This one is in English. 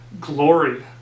glory